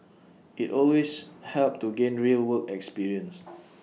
IT always helps to gain real work experience